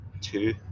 two